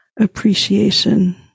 appreciation